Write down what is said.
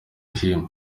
kim